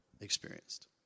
experienced